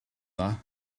dda